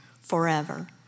forever